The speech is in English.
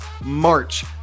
March